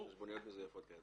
חשבוניות מזויפות.